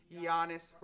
Giannis